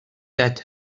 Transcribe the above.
that